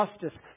justice